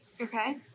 Okay